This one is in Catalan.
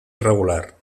regular